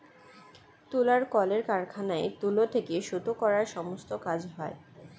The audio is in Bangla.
তুলার কলের কারখানায় তুলো থেকে সুতো করার সমস্ত কাজ হয়